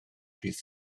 ddydd